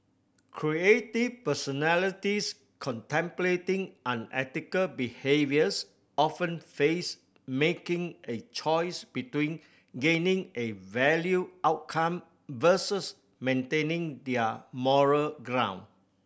creative personalities contemplating unethical behaviours often face making a choice between gaining a valued outcome versus maintaining their moral ground